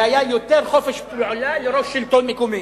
והיה יותר חופש פעולה לראש שלטון מקומי.